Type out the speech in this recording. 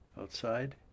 outside